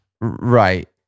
Right